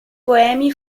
poemi